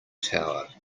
tower